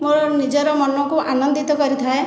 ମୋର ନିଜର ମନକୁ ଆନନ୍ଦିତ କରିଥାଏ